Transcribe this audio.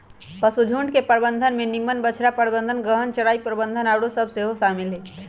पशुझुण्ड के प्रबंधन में निम्मन बछड़ा प्रबंधन, गहन चराई प्रबन्धन आउरो सभ सेहो शामिल हइ